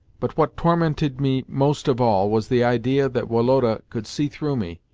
but, what tormented me most of all was the idea that woloda could see through me,